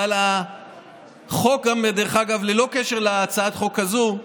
אבל החוק גם, דרך אגב, ללא קשר להצעת החוק הזאת,